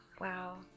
Wow